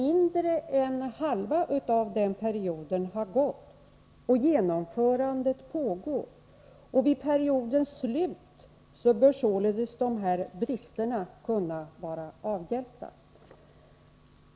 Mindre än halva perioden har gått, och genomförandet pågår. Vid periodens slut bör således dessa brister kunna vara avhjälpta.